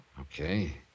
Okay